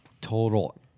total